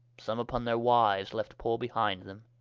some vpon their wiues, left poore behind them